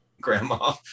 grandma